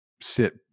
sit